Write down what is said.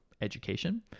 education